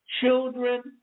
Children